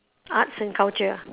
arts and culture ah